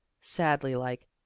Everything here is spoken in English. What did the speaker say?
sadly-like